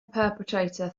perpetrator